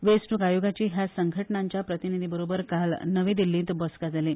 वेचणूक आयोगाची ह्या संघटनांच्या प्रतिनिधी बरोबर काल नवी दिल्लीत बसका जाली